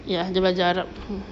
ya dia belajar arab